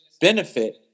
benefit